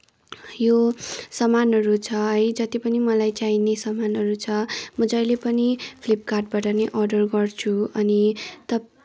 यो समानहरू छ है जति पनि मलाई चाहिने समानहरू छ म जहिले पनि फ्लिपकार्टबाट नै अर्डर गर्छु अनि